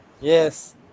yes